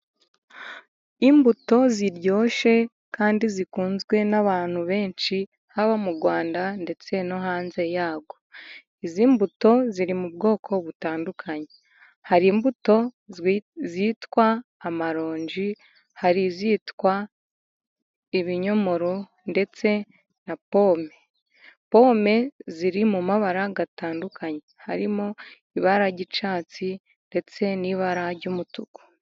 Imbuto ziryoshye kandi zikunzwe n'abantu benshi, haba mu Rwanda ndetse no hanze yarwo. Izi mbuto ziri mu bwoko butandukanye, hari imbuto zitwa amaronji, hari izitwa ibinyomoro, ndetse na pome. Pome ziri mu mabara atandukanye, harimo ibara ry'icyatsi ndetse n'ibara ry'umutuku.